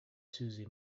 susie